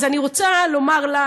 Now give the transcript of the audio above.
אז אני רוצה לומר לה,